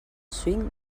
swing